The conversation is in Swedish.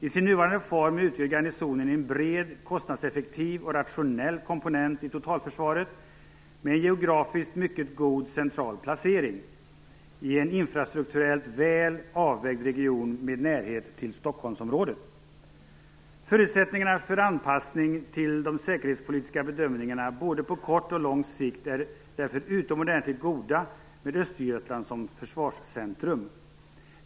I sin nuvarande form utgör garnisonen en bred, kostnadseffektiv och rationell komponent i totalförsvaret med en geografiskt mycket god och central placering i en infrastrukturellt väl avvägd region med närhet till Stockholmsområdet. Förutsättningarna för anpassning till de säkerhetspolitiska bedömningarna både på kort och på lång sikt är därför utomordentligt goda med Östergötland som försvarscentrum.